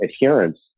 adherence